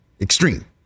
Extreme